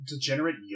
degenerate